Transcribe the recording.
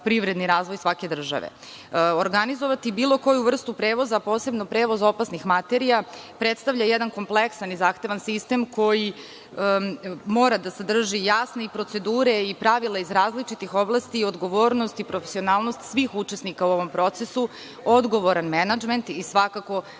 privredni razvoj svake države. Organizovati bilo koju vrstu prevoza, posebno prevoz opasnih materija, predstavlja jedan kompleksan i zahtevan sistem koji mora da sadrži jasne procedure i pravila iz različitih oblasti i odgovornost i profesionalnost svih učesnika u ovom procesu, odgovoran menadžment i svakako